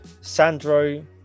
Sandro